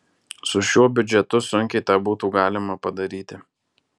su šiuo biudžetu sunkiai tą būtų galima padaryti